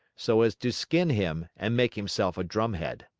so as to skin him and make himself a drumhead.